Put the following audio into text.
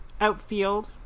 outfield